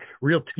Real